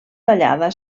tallada